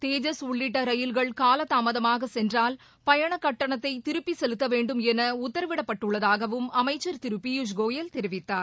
தேஜஸ் உள்ளிட்ட ரயில்கள் கால தாமதமாக சென்றால் பயண கட்டணத்தை திருப்பி செலுத்தவேண்டும் என உத்தரவிடப் பட்டுள்ளதாகவும் அமைச்சர் திரு பியுஷ்கோயல் தெரிவித்தார்